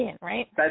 right